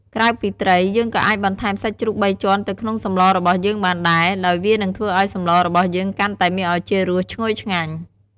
ក្រៅពីត្រី យើងក៏អាចបន្ថែមសាច់ជ្រូកបីជាន់ទៅក្នុងសម្លរបស់យើងបានដែរ ដោយវានឹងធ្វើឱ្យសម្លរបស់យើងកាន់តែមានឱជារសឈ្ងុយឆ្ងាញ់។